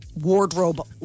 wardrobe